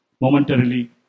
momentarily